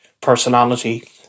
personality